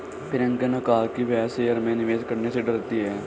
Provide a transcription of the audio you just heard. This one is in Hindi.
प्रियंका ने कहा कि वह शेयर में निवेश करने से डरती है